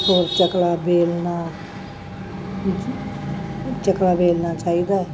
ਹੋਰ ਚਕਲਾ ਵੇਲਣਾ ਚਕਲਾ ਵੇਲਣਾ ਚਾਹੀਦਾ